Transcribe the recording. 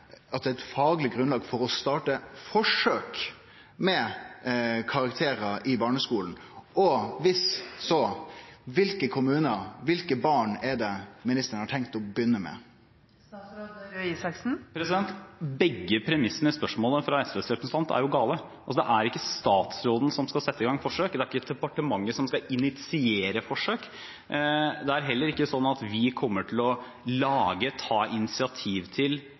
er eit fagleg grunnlag for å starte forsøk med karakterar i barneskolen? Viss ja: Kva for kommunar og kva for barn har ministeren tenkt å begynne med? Begge premissene i spørsmålet fra SVs representant er gale. Det ikke statsråden som skal sette i gang forsøk. Det er ikke departmentet som skal initiere forsøk. Det er heller ikke slik at vi kommer til å lage, ta initiativ til